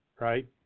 Right